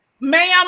ma'am